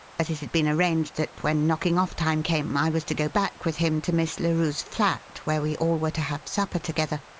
as it had been arranged that, when knocking-off time came, i was to go back with him to miss larue's flat, where we all were to have supper together.